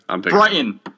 Brighton